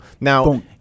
Now